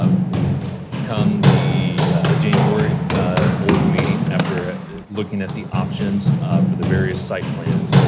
ah come the january board meeting, after looking at the options for the various site plans,